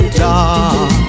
dark